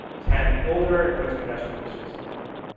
trend older and which congressional districts trend younger.